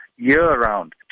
year-round